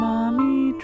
Mommy